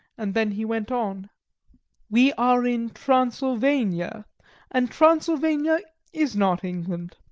and then he went on we are in transylvania and transylvania is not england.